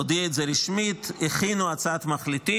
הוא הודיע על זה רשמית, הכינו הצעת מחליטים,